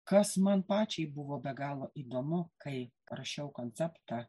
kas man pačiai buvo be galo įdomu kai parašiau konceptą